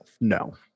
no